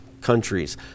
countries